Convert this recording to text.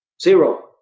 Zero